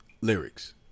lyrics